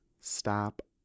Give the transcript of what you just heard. stop